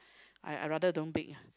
I I rather don't bake lah